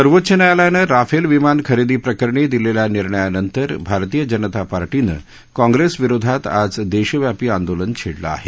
सर्वोच्च न्यायालयानं राफेल विमान खरेदी प्रकरणी दिलेल्या निर्णायानंतर भारतीय जनता पार्टीनं काँग्रेस विरोधात आज देशव्यापी आंदोलन छेडलं आहे